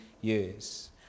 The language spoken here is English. years